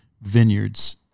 vineyards